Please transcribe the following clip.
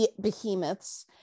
behemoths